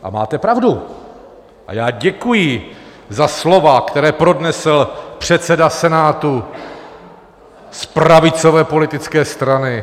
A máte pravdu a já děkuji za slova, která pronesl předseda Senátu z pravicové politické strany.